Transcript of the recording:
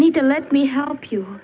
need to let me help you